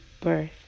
birth